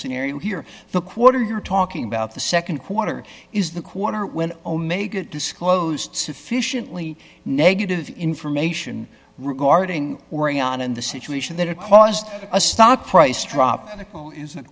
scenario here the quarter you're talking about the nd quarter is the quarter when omega disclosed sufficiently negative information regarding working out in the situation that it caused a stock price drop